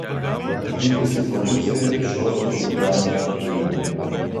atvykusi policija šiuos chuliganus suėmė